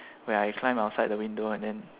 where I climb outside the window and then